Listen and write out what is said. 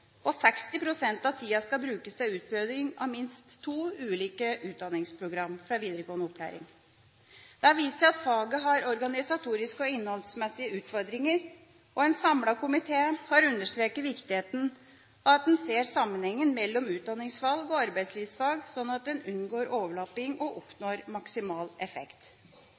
og 60 pst. av tida skal brukes til utprøving av minst to ulike utdanningsprogram fra videregående opplæring. Det har vist seg at faget har organisatoriske og innholdsmessige utfordringer, og en samlet komité har understreket viktigheten av at en ser sammenhengen mellom utdanningsvalg og arbeidslivsfag, slik at en unngår overlapping og oppnår maksimal effekt.